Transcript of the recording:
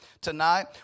tonight